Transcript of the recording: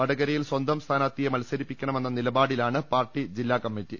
വടകരയിൽ സ്വന്തം സ്ഥാനാർത്ഥിയെ മത്സരിപ്പിക്കണമെന്ന നില പാടിലാണ് പാർട്ടി ജില്ലാകമ്മിറ്റി